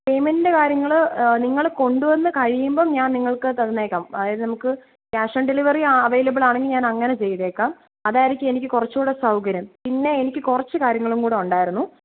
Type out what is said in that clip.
പേയ്മെൻറിൻറെ കാര്യങ്ങൾ നിങ്ങൾ കൊണ്ടുവന്ന് കഴിയുമ്പം ഞാൻ നിങ്ങൾക്ക് തന്നേക്കാം അതായത് നമുക്ക് ക്യാഷ് ഓൺ ഡെലിവറി അവൈലബിൾ ആണെങ്കിൽ ഞാൻ അങ്ങനെ ചെയ്തേക്കാം അതായിരിക്കും എനിക്ക് കുറച്ചുകൂടെ സൗകര്യം പിന്നെ എനിക്ക് കുറച്ച് കാര്യങ്ങളും കൂടെ ഉണ്ടായിരുന്നു